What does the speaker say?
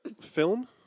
film